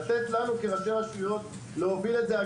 לתת לנו כראשי רשויות להוביל את זה.